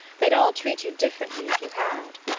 they'd all treat you differently if you had.